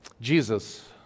Jesus